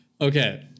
Okay